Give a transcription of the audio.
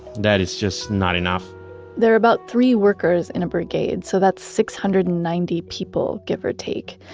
that is just not enough there about three workers in a brigade, so that's six hundred and ninety people give or take.